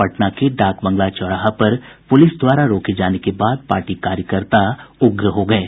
पटना के डाक बंगला चौराहा पर प्रलिस द्वारा रोके जाने के बाद पार्टी कार्यकर्ता उग्र हो गये